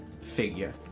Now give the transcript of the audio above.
figure